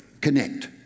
Connect